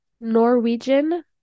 Norwegian